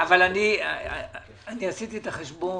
עשיתי חשבון,